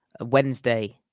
Wednesday